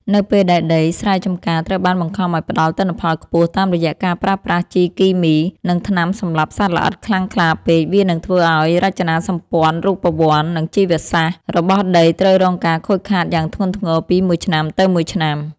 នៅពេលដែលដីស្រែចម្ការត្រូវបានបង្ខំឱ្យផ្ដល់ទិន្នផលខ្ពស់តាមរយៈការប្រើប្រាស់ជីគីមី និងថ្នាំសម្លាប់សត្វល្អិតខ្លាំងក្លាពេក វានឹងធ្វើឱ្យរចនាសម្ព័ន្ធរូបវន្ត និងជីវសាស្ត្ររបស់ដីត្រូវរងការខូចខាតយ៉ាងធ្ងន់ធ្ងរពីមួយឆ្នាំទៅមួយឆ្នាំ។